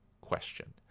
question